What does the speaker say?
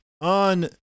on